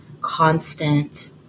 constant